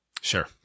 Sure